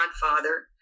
Godfather